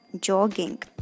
jogging